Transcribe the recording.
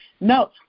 No